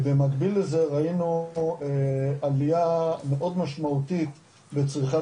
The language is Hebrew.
במקביל לזה ראינו עלייה מאוד משמעותית בצריכת